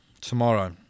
tomorrow